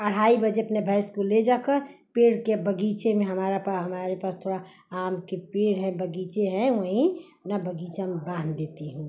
ढाई बजे अपनी भैंस को ले जाकर पेड़ के बगीचे में हमारा हमारे पास थोड़े आम के पेड़ हैं बगीचा है वहीं अपने बगीचे में बाँध देती हूँ